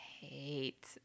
hate